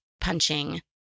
punching